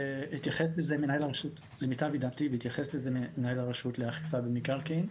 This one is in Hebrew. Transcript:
והתייחס לזה מנהל הרשות לאכיפה במקרקעין,